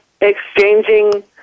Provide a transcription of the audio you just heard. exchanging